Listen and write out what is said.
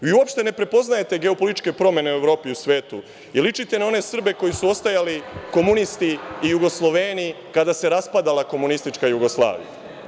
Vi uopšte ne prepoznajete geopolitičke promene u Evropi i u svetu i ličite na one Srbe koji su ostajali komunisti i Jugosloveni kada se raspadala komunistička Jugoslavija.